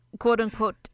quote-unquote